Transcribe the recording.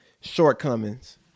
shortcomings